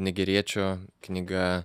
nigeriečio knyga